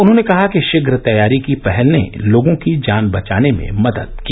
उन्होंने कहा कि शीघ्र तैयारी की पहल ने लोगों की जान बचाने में मदद की